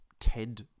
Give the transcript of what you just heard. TED